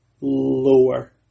lower